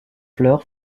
fleur